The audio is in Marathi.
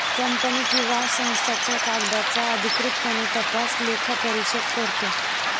कंपनी किंवा संस्थांच्या कागदांचा अधिकृतपणे तपास लेखापरीक्षक करतो